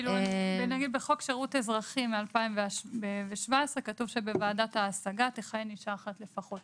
בחוק שירות אזרחי מ-2017 כתוב שבוועדת ההשגה תכהן אישה אחת לפחות.